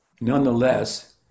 Nonetheless